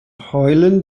heulen